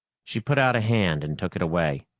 she put out a hand and took it away.